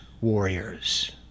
warriors